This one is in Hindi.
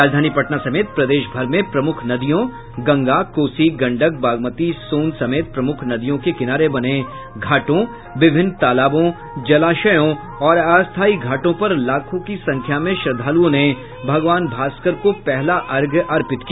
राजधानी पटना समेत प्रदेशभर में प्रमुख नदियों गंगा कोसी गंडक बागमती सोन समेत प्रमुख नदियों के किनारे बने घाटों विभिन्न तालाबों जलाशयों और अस्थायी घाटों पर लाखों की संख्या में श्रद्धालुओं ने भागवान भास्कर को पहला अर्घ्य अर्पित किया